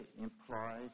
implies